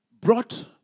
brought